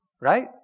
Right